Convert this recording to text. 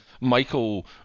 Michael